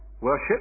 Worship